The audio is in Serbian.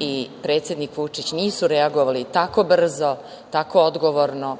i predsednik Vučić nisu reagovali tako brzo, tako odgovorno,